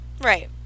right